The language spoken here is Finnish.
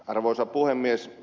arvoisa puhemies